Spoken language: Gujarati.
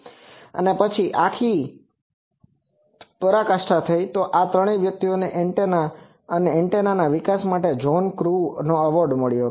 અને તે પછી આની કલ્મીનેટેડCulminatedપરાકાષ્ઠા થઈ તો આ ત્રણ વ્યક્તિઓને એન્ટેના આ એન્ટેના વિકાસ માટે જ્હોન ક્રૂનો એવોર્ડ મળ્યો